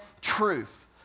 truth